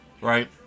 right